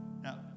Now